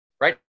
right